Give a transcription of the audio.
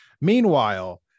Meanwhile